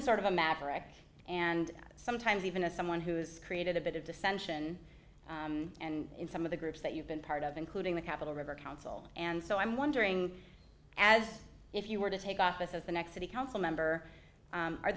as sort of a maverick and sometimes even a someone who's created a bit of dissension and in some of the groups that you've been part of including the capital river council and so i'm wondering as if you were to take office as the next city council member